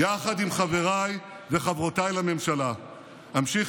יחד עם חבריי וחברותיי לממשלה אמשיך